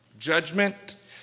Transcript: judgment